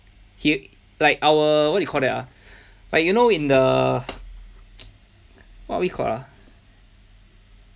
he like our what do you call that ah like you know in the what we call ah